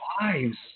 lives